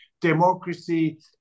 democracy